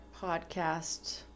podcast